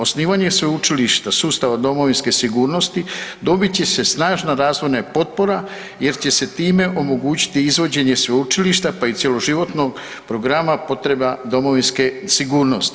Osnivanje sveučilišta sustava domovinske sigurnosti, dobit će se snažna razvojna potpora jer će se time omogućiti izvođenje sveučilišta pa i cjeloživotnog programa potreba domovinske sigurnosti.